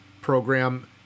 program